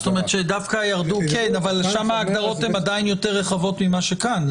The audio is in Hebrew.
זאת אומרת שדווקא ירדו אבל עדיין שם ההגדרות יותר רחבות מאשר כאן.